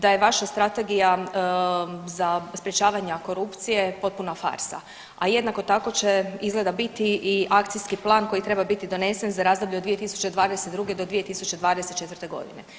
Da je vaša strategija za sprječavanje korupcije potpuna farsa a jednako tako će izgleda biti i Akcijski plan koji treba biti donesen za razdoblje od 2022. do 2024.godine.